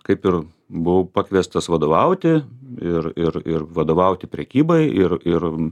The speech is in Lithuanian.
kaip ir buvau pakviestas vadovauti ir ir ir vadovauti prekybai ir ir